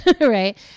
Right